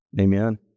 Amen